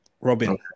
Robin